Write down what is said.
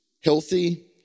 healthy